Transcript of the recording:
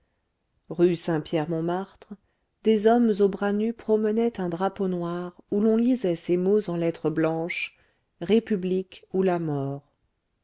rue saint pierre montmartre des hommes aux bras nus promenaient un drapeau noir où on lisait ces mots en lettres blanches république ou la mort